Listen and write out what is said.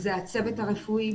שזה הצוות הרפואי.